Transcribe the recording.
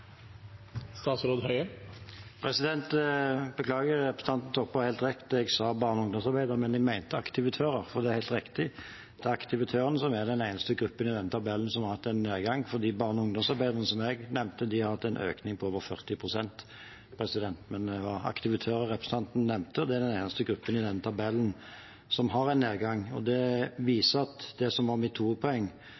representanten Toppe har helt rett. Jeg sa barne- og ungdomsarbeidere, men jeg mente aktivitører. Det er helt rett. Det er aktivitørene som er den eneste gruppen i denne tabellen som har hatt en nedgang. Barne- og ungdomsarbeiderne, som jeg nevnte, har hatt en økning på over 40 pst. Det var aktivitører representanten nevnte, og det er den eneste gruppen i denne tabellen som har en nedgang. Og det